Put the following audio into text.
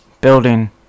Building